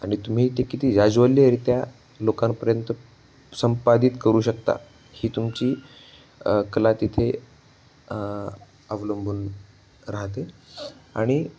आणि तुम्ही ते किती ज्याज्वल्यरित्या लोकांपर्यंत संपादित करू शकता ही तुमची कला तिथे अवलंबून राहते आणि